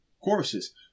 Courses